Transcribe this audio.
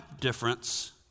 difference